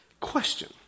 question